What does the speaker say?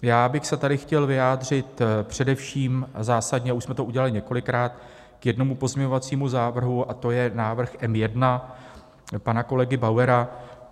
Já bych se tady chtěl vyjádřit především zásadně, a už jsme to udělali několikrát, k jednomu pozměňovacího návrhu, a to je návrh M1 pana kolegy Bauera.